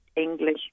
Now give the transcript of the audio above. English